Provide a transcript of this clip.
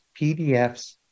PDFs